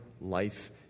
life